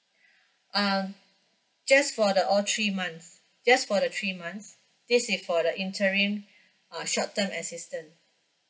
uh just for the all three months just for the three months this is for the interim uh short term assistance